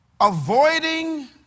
avoiding